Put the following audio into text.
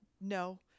no